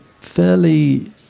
fairly